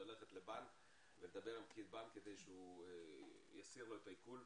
ללכת לבנק ולדבר עם פקיד הבנעק כדי שיסיר את העיקול.